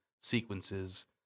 sequences